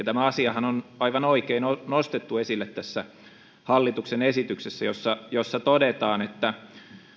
tämä asiahan on aivan oikein nostettu esille hallituksen esityksessä jossa jossa todetaan että kun